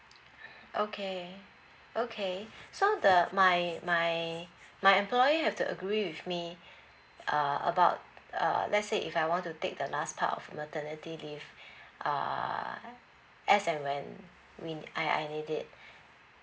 okay okay so the my my my employer have to agree with me uh about uh let's say if I want to take the last part of maternity leave uh as and when when I I need it